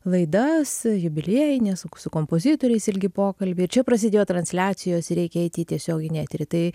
laidas jubiliejines su kompozitoriais ilgi pokalbiai ir čia prasidėjo transliacijos reikia eiti į tiesioginį eterį tai